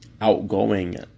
outgoing